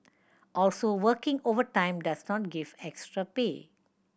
also working overtime does not give extra pay